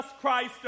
Christ